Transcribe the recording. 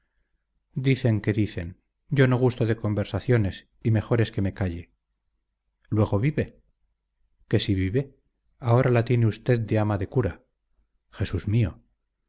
dicen que dicen yo no gusto de conversaciones y mejor es que me calle luego vive que si vive ahora la tiene usted de ama de cura jesús mío